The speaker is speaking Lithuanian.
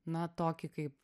na tokį kaip